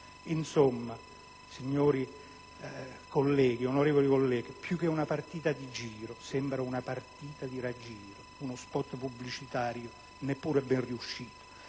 Insomma, onorevoli colleghi, più che una partita di giro, sembra una partita di raggiro, uno *spot* pubblicitario neppure ben riuscito.